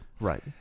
right